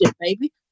baby